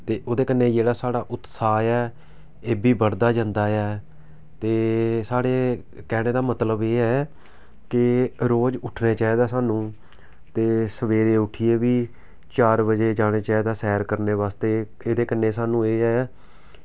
ते ओह्दे कन्नै जेह्ड़ा साढ़ा उत्साह् ऐ एह्बी बढ़दा जंदा ऐ ते साढ़े कहने दा मतलब एह् ऐ कि रोज उट्ठने चाहिदा सानूं ते सवेरे उट्ठियै बी चार बजे जाना चाहिदा सैर करने वास्तै एह्दे कन्नै सानूं एह् ऐ